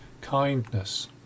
kindness